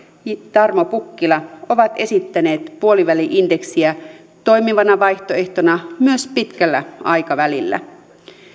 tarmo pukkila ovat esittäneet puoliväli indeksiä toimivana vaihtoehtona myös pitkällä aikavälillä